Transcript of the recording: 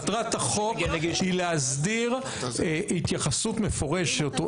מטרת החוק היא להסדיר התייחסות מפורשת או